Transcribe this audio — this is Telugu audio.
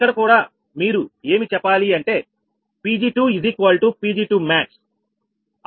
ఇక్కడ కూడా మీరు ఏమి చెప్పాలి అంటే Pg2 Pg2max